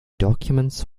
documents